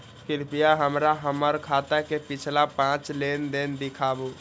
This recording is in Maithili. कृपया हमरा हमर खाता के पिछला पांच लेन देन दिखाबू